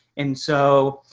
and so,